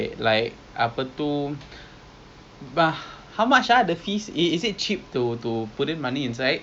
um okay apa eh nak bilang you oh ya anyway I I found out there is days